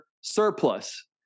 surplus